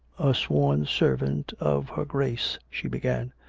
a sworn servant of her grace she began.